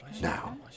now